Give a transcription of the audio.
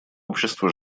общество